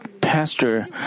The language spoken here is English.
pastor